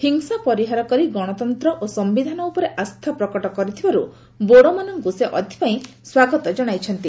ହିଂସା ପରିହାର କରି ଗଣତନ୍ତ୍ର ଓ ସମ୍ଭିଧାନ ଉପରେ ଆସ୍ଥା ପ୍ରକଟ କରିଥିବାର୍ତ ବୋଡୋମାନଙ୍କୁ ସେ ଏଥିପାଇଁ ସ୍ୱାଗତ ଜଣାଇଛନ୍ତି